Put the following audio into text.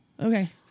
Okay